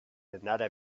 another